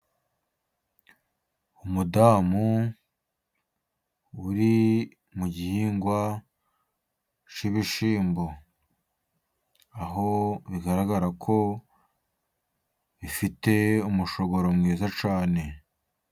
Umudamu uri mu gihingwa cy'ibishyimbo, aho bigaragara ko bifite umushogororo mwiza cyane.